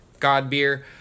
Godbeer